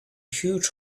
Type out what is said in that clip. huge